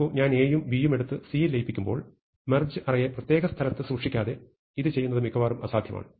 നോക്കൂ ഞാൻ A യും B യും എടുത്ത് C യിൽ ലയിപ്പിക്കുമ്പോൾ മെർജ് അറയെ പ്രത്യേക സ്ഥലത്ത് സൂക്ഷിക്കാതെ ഇത് ചെയ്യുന്നത് മിക്കവാറും അസാധ്യമാണ്